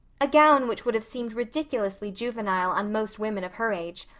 a gown which would have seemed ridiculously juvenile on most women of her age,